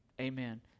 amen